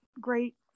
great